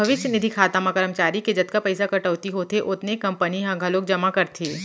भविस्य निधि खाता म करमचारी के जतका पइसा कटउती होथे ओतने कंपनी ह घलोक जमा करथे